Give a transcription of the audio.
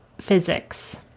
physics